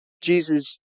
Jesus